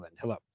hello